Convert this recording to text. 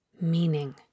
meaning